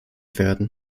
werden